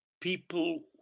people